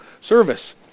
service